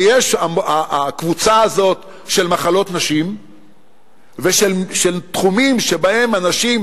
ויש הקבוצה הזאת של מחלות נשים ושל תחומים שבהם הנשים